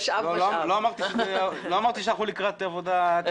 לא אמרתי שאנחנו לקראת עבודה קלה.